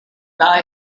thy